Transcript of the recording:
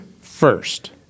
first